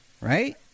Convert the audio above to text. Right